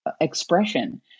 expression